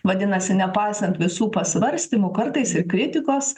vadinasi nepaisant visų pasvarstymų kartais ir kritikos